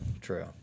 true